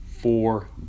Four